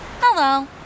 Hello